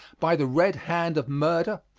by the red hand of murder,